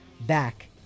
back